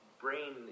brain